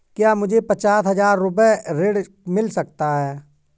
क्या मुझे पचास हजार रूपए ऋण मिल सकता है?